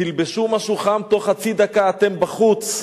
תלבשו משהו חם, תוך חצי דקה אתם בחוץ.